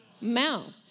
Mouth